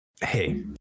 Hey